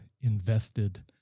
invested